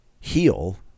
heal